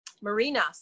Marina